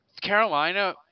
Carolina